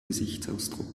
gesichtsausdruck